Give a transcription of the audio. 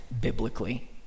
biblically